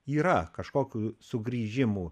yra kažkokių sugrįžimų